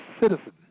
citizen